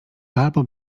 albo